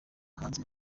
hanze